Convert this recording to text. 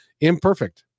imperfect